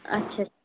अच्छा